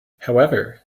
however